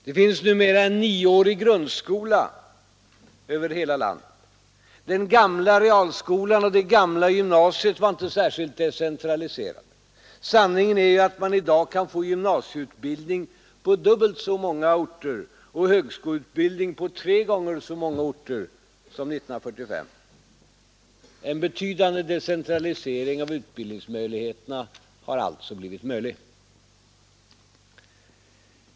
Det finns numera en nioårig grundskola över hela landet. Den gamla realskolan och det gamla gymnasiet var inte särskilt decentraliserade. Sanningen är ju att man i dag kan få gymnasieutbildning på dubbelt så många orter och högskoleutbildning på tre gånger så många orter som 1945. En betydande decentralisering av utbildningsmöjligheterna har alltså blivit möjlig.